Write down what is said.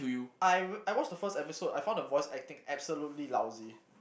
I I watched the first episode I find the voice acting absolutely lousy